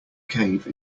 cave